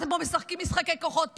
אתם פה משחקים משחקי כוחות,